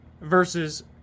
versus